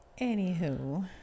Anywho